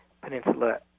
peninsula